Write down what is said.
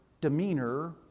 demeanor